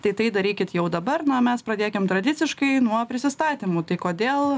tai tai darykit jau dabar na mes pradėkim tradiciškai nuo prisistatymų tai kodėl